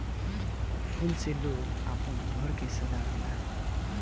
फूल से लोग आपन घर के सजावे ला